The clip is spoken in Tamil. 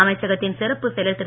அமைச்சகத்தின் சிறப்புச் செயலர் திரு